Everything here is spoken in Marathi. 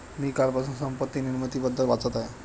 मी कालपासून संपत्ती निर्मितीबद्दल वाचत आहे